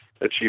achieve